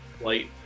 light